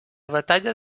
batalla